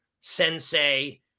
sensei